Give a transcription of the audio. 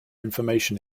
information